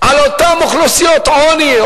על אותן אוכלוסיות עוני.